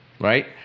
Right